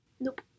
Nope